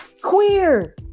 queer